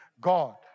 God